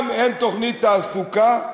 גם אין תוכנית תעסוקה.